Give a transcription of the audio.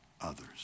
others